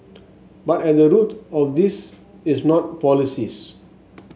but at the root of this is not policies